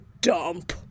dump